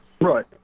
Right